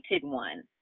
one